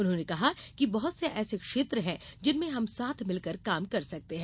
उन्होंने कहा कि बहुत से ऐसे क्षेत्र हैं जिसमें हम साथ मिलकर काम कर सकते हैं